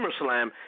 SummerSlam